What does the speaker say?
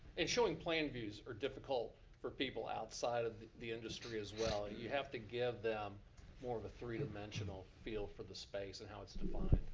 and showing plan views are difficult for people outside of the industry as well. you have to give them more of a three dimensional feel for the space and how it's defined.